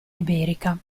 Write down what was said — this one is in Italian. iberica